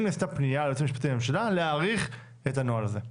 האם נעשתה פנייה ליועץ המשפטי לממשלה להאריך את הנוהל הזה?